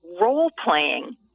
role-playing